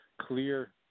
clear